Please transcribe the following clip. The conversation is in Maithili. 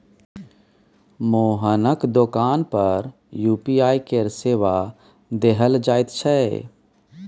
मोहनक दोकान पर यू.पी.आई केर सेवा देल जाइत छै